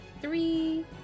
three